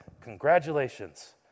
congratulations